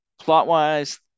plot-wise